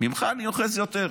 ממך אני אוחז יותר.